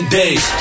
days